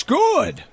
good